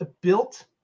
built